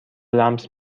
لمس